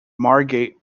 margate